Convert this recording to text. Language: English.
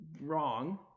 wrong